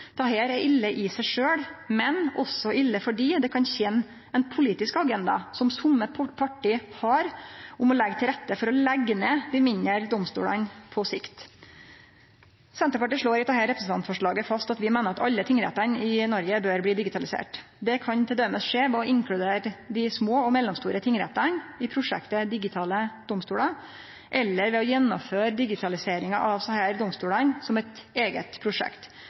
Dette er ille i seg sjølv, men også ille fordi det kan tene ein politisk agenda som somme parti har, om å leggje til rette for å leggje ned dei mindre domstolane på sikt. Senterpartiet slår i dette representantforslaget fast at vi meiner at alle tingrettane i Noreg bør bli digitaliserte. Det kan t.d. skje ved å inkludere dei små og mellomstore tingrettane i prosjektet Digitale domstoler eller ved å gjennomføre digitaliseringa av desse domstolane som eit eige prosjekt.